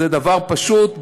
זה דבר פשוט,